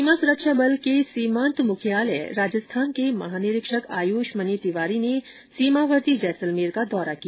सीमा सुरक्षा बल के सीमांत मुख्यालय राजस्थान के महानिरीक्षक आयुष मनी तिवारी ने सीमावर्ती जैसलमेर का दौरा किया